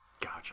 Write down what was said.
Gotcha